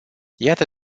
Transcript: iată